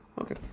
Okay